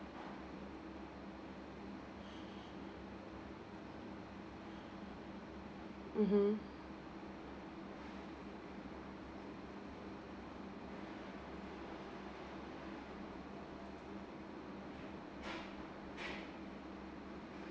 mmhmm